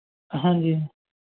ਹਾਂਜੀ